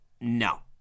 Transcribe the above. no